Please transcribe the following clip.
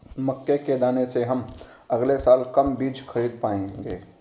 मक्के के दाने से हम अगले साल कम बीज खरीद पाएंगे